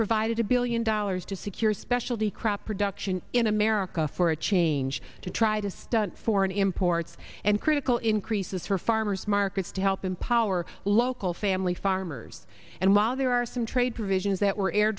provided a billion dollars to secure specialty crop production in america for a change to try to stunt foreign imports and critical increases for farmers markets to help empower local family farmers and while there are some trade provisions that were